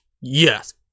Yes